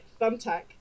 thumbtack